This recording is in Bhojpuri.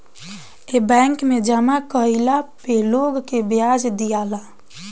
ए बैंक मे जामा कइला पे लोग के ब्याज दियाला